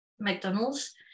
mcdonald's